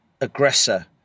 aggressor